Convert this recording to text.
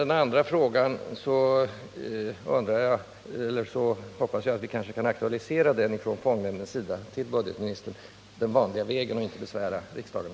Den andra fråga som jag tog upp hoppas jag att vi i fondnämnden kan aktualisera hos budgetministern den vanliga vägen, utan att vidare behöva besvära riksdagen.